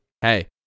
hey